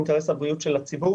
אינטרס הבריאות של הציבור,